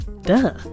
duh